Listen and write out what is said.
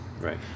Right